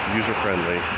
user-friendly